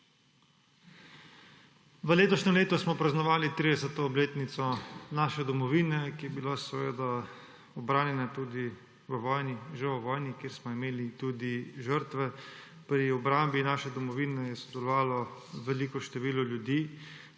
V letošnjem letu smo praznovali 30. obletnico naše domovine, ki je bila ubranjena tudi v vojni, žal v vojni, kjer smo imeli tudi žrtve. Pri obrambi naše domovine je sodelovalo veliko število ljudi,